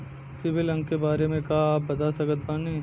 CIBIL अंक के बारे मे का आप बता सकत बानी?